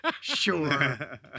sure